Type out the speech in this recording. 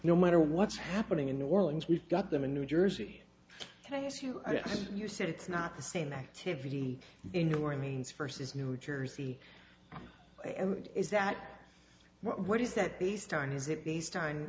no matter what's happening in new orleans we've got them in new jersey thanks to you said it's not the same activity in new orleans first as new jersey is that what is that based on is it based on